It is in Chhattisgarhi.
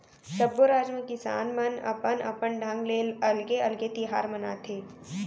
सब्बो राज म किसान मन अपन अपन ढंग ले अलगे अलगे तिहार मनाथे